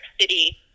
City